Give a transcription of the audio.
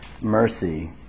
mercy